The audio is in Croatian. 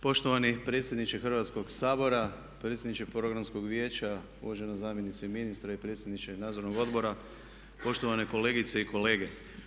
Poštovani predsjedniče Hrvatskog sabora, predsjedniče programskog vijeća, uvažena zamjenice ministra i predsjedniče nadzornog odbora, poštovane kolegice i kolege.